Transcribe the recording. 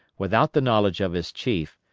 without the knowledge of his chief,